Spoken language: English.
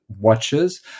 watches